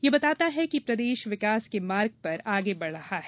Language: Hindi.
ये बताता है कि प्रदेश विकास के मार्ग पर आगे बढ़ रहा है